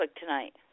tonight